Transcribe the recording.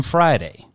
Friday